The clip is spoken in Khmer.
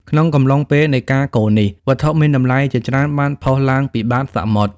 ក្នុងអំឡុងពេលនៃការកូរនេះ វត្ថុមានតម្លៃជាច្រើនបានផុសឡើងពីបាតសមុទ្រ។